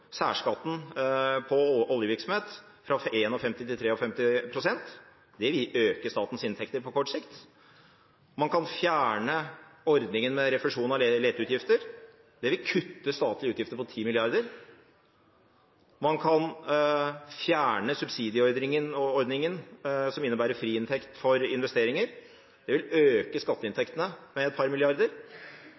særskatten på oljevirksomhet fra 51 pst. til 53 pst. Det vil øke statens inntekter på kort sikt. Man kan fjerne ordningen med refusjon av leteutgifter. Det vil kutte statlige utgifter med 10 mrd. kr. Man kan fjerne subsidieordningen som innebærer friinntekt for investeringer. Det vil øke skatteinntektene med et par milliarder.